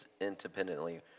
independently